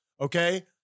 okay